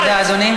תודה, אדוני.